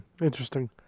Interesting